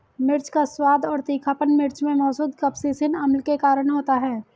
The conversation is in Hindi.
मिर्च का स्वाद और तीखापन मिर्च में मौजूद कप्सिसिन अम्ल के कारण होता है